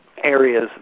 areas